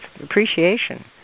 appreciation